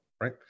right